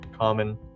Common